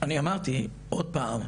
אני אמרתי, עוד פעם,